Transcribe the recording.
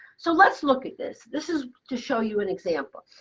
so let's look at this. this is to show you an example.